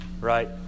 right